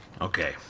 Okay